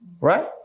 right